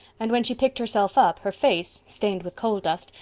and when she picked herself up, her face, stained with coal dust,